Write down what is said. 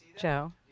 Joe